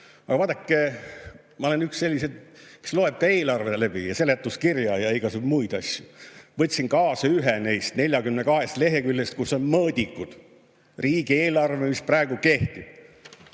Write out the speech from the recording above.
Aga vaadake, ma olen üks selliseid, kes loeb ka eelarve läbi ja seletuskirja ja igasuguseid muid asju. Võtsin kaasa ühe neist 42 leheküljest, kus on mõõdikud, riigieelarve, mis praegu kehtib.